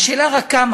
השאלה רק כמה.